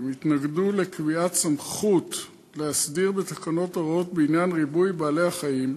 התנגדו לקביעת סמכות להסדיר בתקנות הוראות בעניין ריבוי בעלי-חיים,